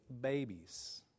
babies